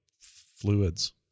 fluids